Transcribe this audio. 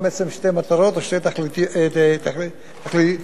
שתי תכליות: